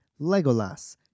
Legolas